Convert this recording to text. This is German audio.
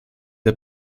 der